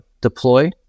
deploy